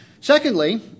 Secondly